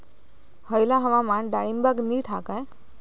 हयला हवामान डाळींबाक नीट हा काय?